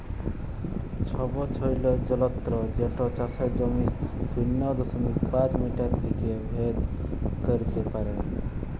ছবছৈলর যলত্র যেট চাষের জমির শূন্য দশমিক পাঁচ মিটার থ্যাইকে ভেদ ক্যইরতে পারে